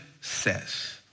says